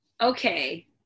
okay